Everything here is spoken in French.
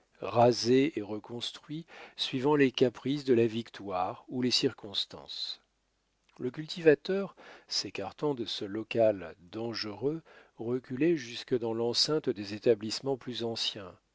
rasés et reconstruits suivant les caprices de la victoire ou les circonstances le cultivateur s'écartant de ce local dangereux reculait jusque dans l'enceinte des établissements plus anciens